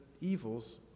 evils